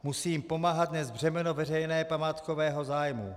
Musí jim pomáhat nést břemeno veřejného památkového zájmu.